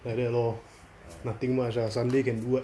like that lor nothing much lah sunday can do what